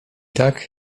tak